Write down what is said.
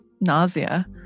nausea